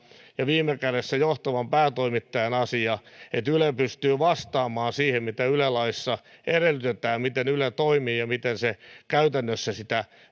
ja viime kädessä johtavan päätoimittajan asia että yle pystyy vastaamaan siihen mitä yle laissa edellytetään miten yle toimii ja miten se käytännössä sitä